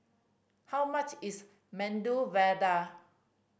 how much is Medu Vada